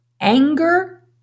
anger